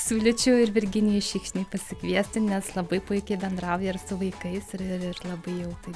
siūlyčiau ir virginijų šikšnį pasikviesti nes labai puikiai bendrauja ir su vaikais ir ir ir labai jau taip